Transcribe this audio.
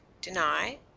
Deny